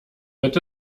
wird